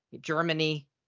Germany